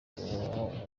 rubuga